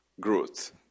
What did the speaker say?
growth